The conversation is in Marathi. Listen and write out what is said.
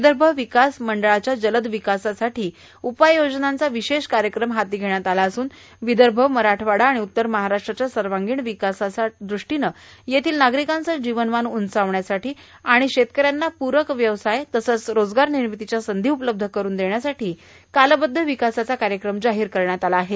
विदर्भ विकास मंडळाच्या जलद विकासासाठी उपाययोजनांचा विशेष कार्यक्रम हाती घेण्यात आला असून विदर्भ मराठवाडा आणि उत्तर महाराष्ट्राच्या सर्वागीण विकासाच्या दृष्टीने येथील नागरिकांचे जीवनमान उंचावण्यासाठी आणि शेतकऱ्यांना प्ररक व्यवसाय आणि रोजगार निर्मितीच्या संधी उपलब्ध करून देण्यासाठी कालबध्द विकासाचा कार्यक्रम जाहीर करण्यात आला आहे